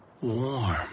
warm